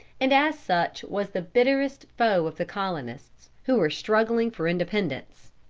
and as such was the bitterest foe of the colonists, who were struggling for independence.